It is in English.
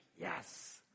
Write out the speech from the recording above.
yes